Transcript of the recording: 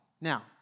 Now